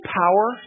power